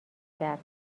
کرد